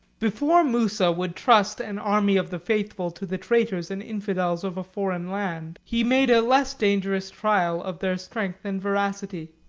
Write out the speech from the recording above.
before musa would trust an army of the faithful to the traitors and infidels of a foreign land, he made a less dangerous trial of their strength and veracity.